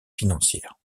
financière